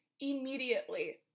immediately